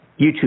YouTube